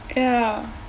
ya